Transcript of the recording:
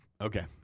Okay